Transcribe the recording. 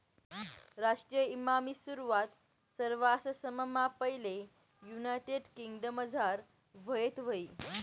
राष्ट्रीय ईमानी सुरवात सरवाससममा पैले युनायटेड किंगडमझार व्हयेल व्हती